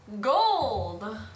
Gold